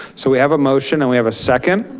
so we have a motion and we have second.